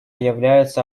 являются